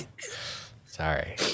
sorry